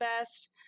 best